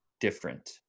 different